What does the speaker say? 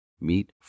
Meet